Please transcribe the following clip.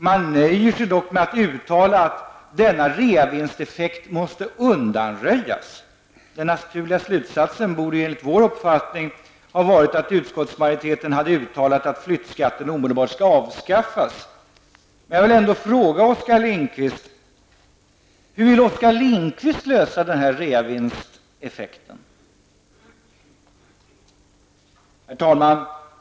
Man nöjer sig dock med att uttala att denna reavinsteffekt måste undanröjas. Den naturliga slutsatsen borde enligt vår uppfattning ha varit att utskottsmajoriteten hade uttalat att flyttskatten omedelbart skall avskaffas. Jag vill ändå fråga Oskar Lindkvist: Hur vill då Oskar Lindkvist lösa problemet med reavinsteffekten? Herr talman!